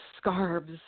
scarves